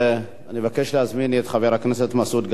אני מבקש להזמין את חבר הכנסת מסעוד גנאים,